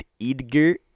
Edgar